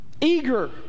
Eager